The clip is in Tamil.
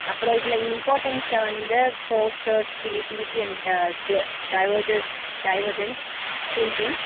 அப்புறம் இதில் இம்பார்ட்டெண்ட்ஸாக வந்து போஸ்டர்ஸ் கிரியேட்டிவிட்டி அண்டு டு டைவோஜஸ் டைவோஷென்ட் திங்கிங்